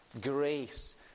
grace